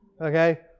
Okay